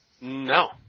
No